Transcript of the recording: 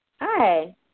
Hi